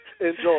Enjoy